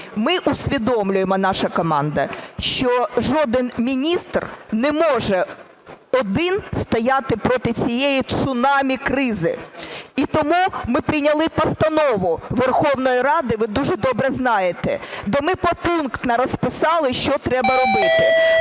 Ми усвідомлюємо, наша команда, що жоден міністр не може один стояти проти всієї цунамі-кризи. І тому ми прийняли постанову Верховної Ради, ви дуже добре знаєте, де ми попунктно розписали, що треба робити.